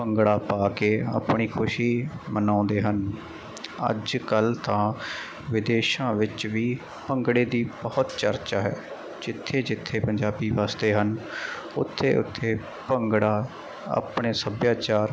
ਭੰਗੜਾ ਪਾ ਕੇ ਆਪਣੀ ਖੁਸ਼ੀ ਮਨਾਉਂਦੇ ਹਨ ਅੱਜ ਕੱਲ੍ਹ ਤਾਂ ਵਿਦੇਸ਼ਾਂ ਵਿੱਚ ਵੀ ਭੰਗੜੇ ਦੀ ਬਹੁਤ ਚਰਚਾ ਹੈ ਜਿੱਥੇ ਜਿੱਥੇ ਪੰਜਾਬੀ ਵਸਦੇ ਹਨ ਉੱਥੇ ਉੱਥੇ ਭੰਗੜਾ ਆਪਣੇ ਸੱਭਿਆਚਾਰ